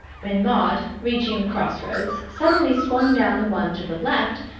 when maud, reaching the cross-roads, suddenly swung down the one to the left,